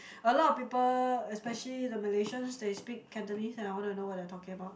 a lot of people especially the Malaysians they speak Cantonese and I want to know what they are talking about